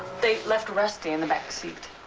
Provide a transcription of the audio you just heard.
they left rusty in the back seat.